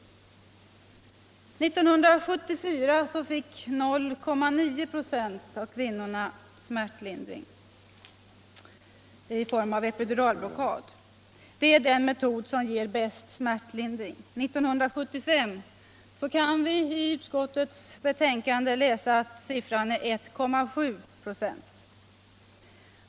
År 1974 fick 0,9 ?& av kvinnorna smärtlindring i form av cpiduralblockad. För år 1975 kan vi i utskottets betänkande läsa att siffran är 1,7 ö.